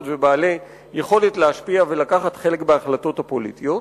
ולכאורה בעלי יכולת להשפיע ולקחת חלק בהחלטות הפוליטיות.